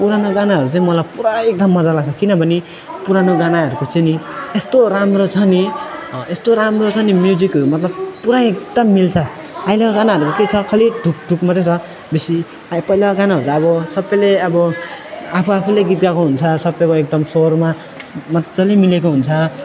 पुरानो गानाहरू चाहिँ मलाई पुरा एकदम मजा लाग्छ किनभने पुरानो गानाहरूको चाहिँ नि यस्तो राम्रो छ नि यस्तो राम्रो छ नि म्युजिक मतलब पुरा एकदम मिल्छ अहिलेको गानाहरूमा के छ खालि ढुकढुक मात्रै छ बेसी अब पहिलाको गानाहरू त अब सबैले अब आफू आफूले गीत गाएको हुन्छ सबैको एकदम स्वरमा मजाले मिलेको हुन्छ